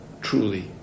truly